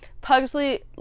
Pugsley